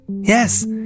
Yes